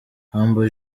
humble